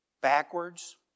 backwards